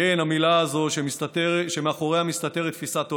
כן, המילה הזאת, שמאחוריה מסתתרת תפיסת עולם,